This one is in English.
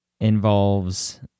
involves